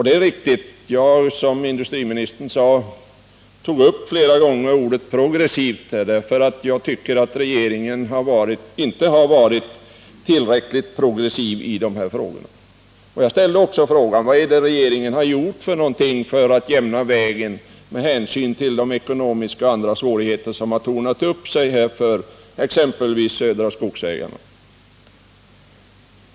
Det är riktigt, som industriministern sade, att jag i mitt första anförande flera gånger använde ordet progressiv. Jag tycker nämligen inte att regeringen har varit tillräckligt progressiv i dessa frågor. Vad har regeringen gjort med anledning av de ekonomiska och andra svårigheter som tornat upp sig för exempelvis Södra Skogsägarna?